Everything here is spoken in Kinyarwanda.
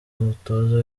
umutoza